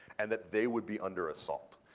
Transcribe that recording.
and that they would be under assault.